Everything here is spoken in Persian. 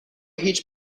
هیچ